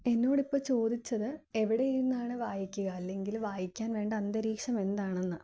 എന്നോടിപ്പം ചോദിച്ചത് എവിടെയിരുന്നാണ് വായിക്കുക അല്ലെങ്കിൽ വായിക്കാൻ വേണ്ട അന്തരീക്ഷം എന്താണെന്ന്